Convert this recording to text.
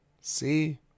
See